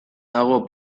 dago